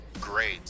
great